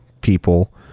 people